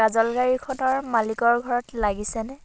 কাজল গাড়ীখনৰ মালিকৰ ঘৰত লাগিছেনে